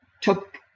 took